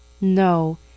No